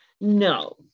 No